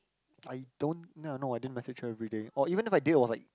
I don't know no I didn't message her everyday or even if I did was like